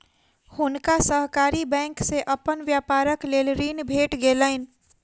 हुनका सहकारी बैंक से अपन व्यापारक लेल ऋण भेट गेलैन